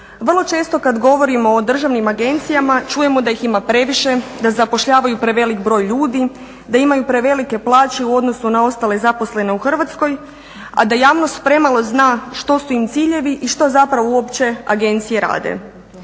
Vrlo često kad govorimo o državnim agencijama čujemo da ih ima previše, da zapošljavaju prevelik broj ljudi, da imaju prevelike plaće u odnosu na ostale zaposlene u Hrvatskoj, a da javnost premalo zna što su im ciljevi i što zapravo uopće agencije rade.